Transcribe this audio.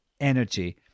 Energy